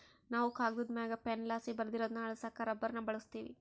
ನಾವು ಕಾಗದುದ್ ಮ್ಯಾಗ ಪೆನ್ಸಿಲ್ಲಾಸಿ ಬರ್ದಿರೋದ್ನ ಅಳಿಸಾಕ ರಬ್ಬರ್ನ ಬಳುಸ್ತೀವಿ